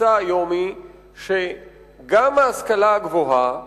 התפיסה היום היא שגם ההשכלה הגבוהה